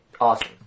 awesome